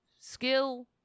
skill